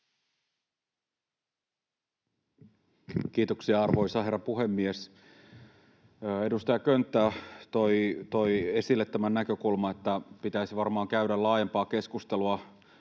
hyvä. Arvoisa herra puhemies! Edustaja Könttä toi esille tämän näkökulman, että pitäisi varmaan käydä laajempaa